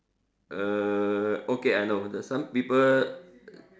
err okay I know there's some people